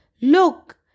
Look